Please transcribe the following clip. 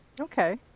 Okay